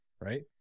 Right